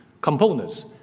Components